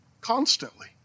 constantly